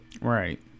right